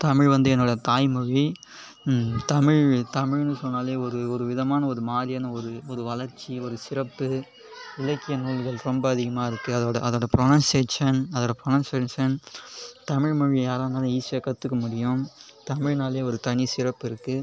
தமிழ் வந்து என்னோடய தாய்மொழி தமிழ் தமிழ்னு சொன்னாலே ஒரு ஒருவிதமான ஒரு மாதிரியான ஒரு ஒரு வளர்ச்சி ஒரு சிறப்பு இலக்கிய நூல்கள் ரொம்ப அதிகமாக இருக்குது அதோடய அதோடய ப்ரோனோன்சியேஷன் அதோடய ப்ரோனோன்சியேஷன் தமிழ்மொழி யாராக இருந்தாலும் ஈஸியாக கற்றுக்க முடியும் தமிழ்னாலே ஒரு தனி சிறப்பு இருக்குது